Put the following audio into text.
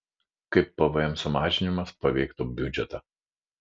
kaip pvm sumažinimas paveiktų biudžetą